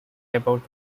about